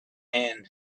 end